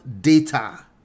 data